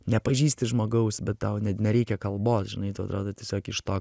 nepažįsti žmogaus bet tau net nereikia kalbos žinai tu atrodai tiesiog iš to